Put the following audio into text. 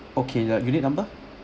okay your unit number